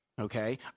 Okay